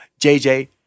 JJ